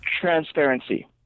Transparency